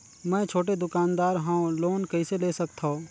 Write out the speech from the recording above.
मे छोटे दुकानदार हवं लोन कइसे ले सकथव?